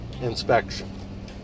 inspection